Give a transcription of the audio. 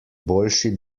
boljši